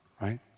right